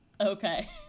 Okay